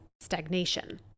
stagnation